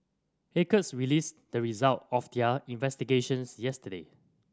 acres released the result of their investigations yesterday